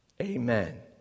Amen